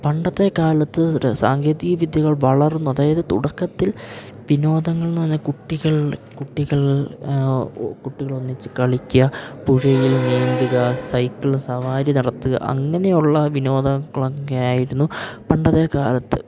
പണ്ടത്തെക്കാലത്ത് സാങ്കേതിക വിദ്യകൾ വളർന്നു അതായത് തുടക്കത്തിൽ വിനോദങ്ങൾ എന്നു പറഞ്ഞാൽ കുട്ടികൾ കുട്ടികൾ കുട്ടികൾ ഒന്നിച്ചു കളിക്കുക പുഴയിൽ നീന്തുക സൈക്കിള് സവാരി നടത്തുക അങ്ങനെയുള്ള വിനോദങ്ങളൊക്കെ ആയിരുന്നു പണ്ടത്തെക്കാലത്ത്